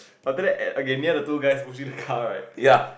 after that at okay near the two guys washing the car right